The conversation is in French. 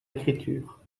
écriture